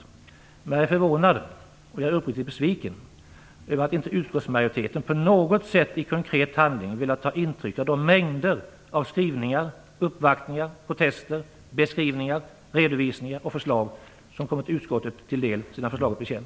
Däremot är jag förvånad och uppriktigt besviken över att inte utskottsmajoriteten på något sätt i konkret handling har velat ta intryck av de mängder av skrivningar, uppvaktningar, protester, beskrivningar, redovisningar och förslag som har kommit utskottet till del sedan förslaget blev känt.